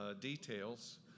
details